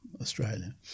Australia